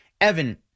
Evan